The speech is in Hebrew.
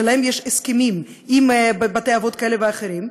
שיש להם הסכמים עם בתי-אבות כאלה ואחרים,